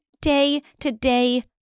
day-to-day